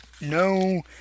no